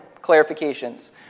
clarifications